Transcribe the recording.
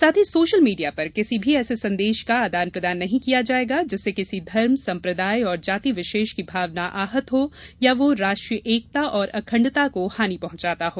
साथ ही social media पर किसी भी ऐसे संदेश का आदान प्रदान नहीं किया जाएगा जिससे किसी धर्म सम्प्रदाय और जाति विशेष की भावना आहत हो या वह राष्ट्रीय एकता एवं अखंडता को हानि पहुंचाता हो